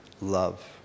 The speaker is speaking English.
love